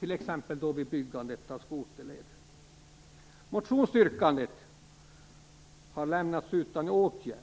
T.ex. vid byggandet av skoterleder. Motionsyrkandet har lämnats utan åtgärd.